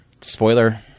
Spoiler